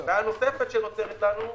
בעיה נוספת שנוצרת לנו,